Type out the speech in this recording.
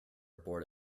abort